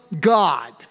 God